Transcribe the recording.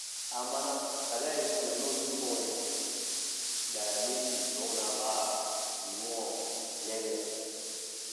Ammmana kana yi tilanuwai lummo wei da mai be to wuna ba ningyuwei lele.